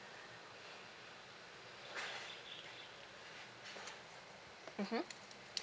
mmhmm